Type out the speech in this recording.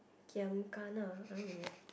kiam gana I don't know